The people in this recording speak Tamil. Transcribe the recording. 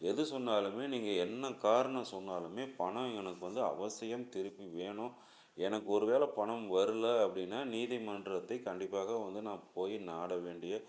எது சொன்னாலுமே நீங்கள் என்ன காரணம் சொன்னாலுமே பணம் எனக்கு வந்து அவசியம் திருப்பி வேணும் எனக்கு ஒருவேளை பணம் வரல அப்படின்னா நீதிமன்றத்தை கண்டிப்பாக வந்து நான் போய் நாட வேண்டிய